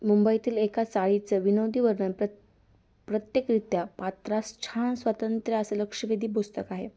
मुंबईतील एका चाळीचं विनोदी वर्णन प्र प्रत्येकरित्या पात्रास छान स्वातंत्र्य असं लक्षवेधी पुस्तक आहे